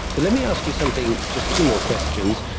but let me ask you something, just two more questions,